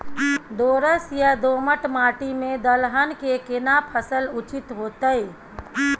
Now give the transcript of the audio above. दोरस या दोमट माटी में दलहन के केना फसल उचित होतै?